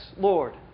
Lord